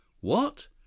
What